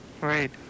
Right